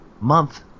month